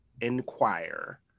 inquire